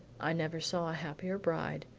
i never saw a happier bride,